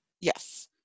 Yes